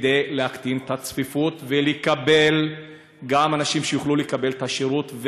כדי להקטין את הצפיפות ושאנשים יוכלו לקבל את השירות,